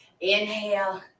inhale